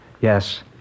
yes